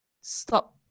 stop